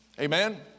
Amen